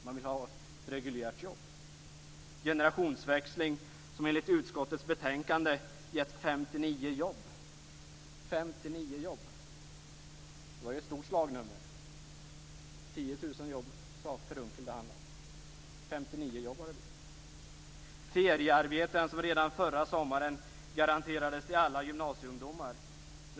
Man vill ha reguljära jobb. Generationsväxlingen har enligt utskottets betänkande gett 59 jobb - 59 jobb! Det var ett stort slagnummer. Per Unckel sade att det handlade om 10 000 jobb. 59 jobb har det blivit. Redan förra sommaren garanterades alla gymnasieungdomar feriearbeten.